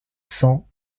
cents